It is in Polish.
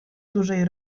dużej